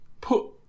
Put